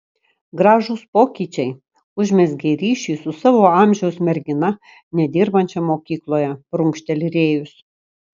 gražūs pokyčiai užmezgei ryšį su savo amžiaus mergina nedirbančia mokykloje prunkšteli rėjus